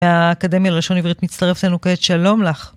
מהאקדמיה ללשון עברית, מצטרפת אלינו כעת. שלום לך.